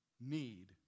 need